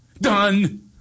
Done